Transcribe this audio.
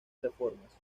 reformas